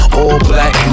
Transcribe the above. all-black